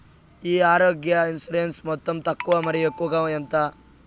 ఈ ఆరోగ్య ఇన్సూరెన్సు మొత్తం తక్కువ మరియు ఎక్కువగా ఎంత?